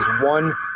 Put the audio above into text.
one